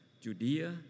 Judea